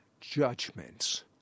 judgments